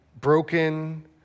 broken